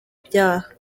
ibyaha